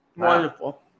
Wonderful